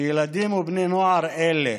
שילדים ובני נוער אלה